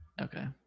okay